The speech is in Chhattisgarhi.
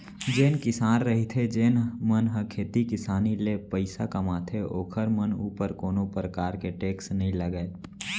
जेन किसान रहिथे जेन मन ह खेती किसानी ले पइसा कमाथे ओखर मन ऊपर कोनो परकार के टेक्स नई लगय